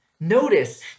Notice